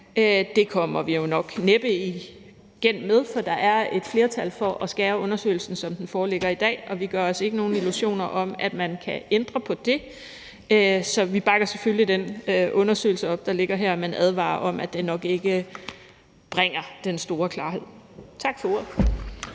Det kommer vi jo nok næppe igennem med, for der er et flertal for at skære undersøgelsen, som den foreligger i dag, og vi gør os ikke nogen illusioner om, at man kan ændre på det. Så vi bakker selvfølgelig den undersøgelse op, der ligger her, men advarer om, at den nok ikke bringer den store klarhed. Tak for ordet.